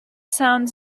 sounds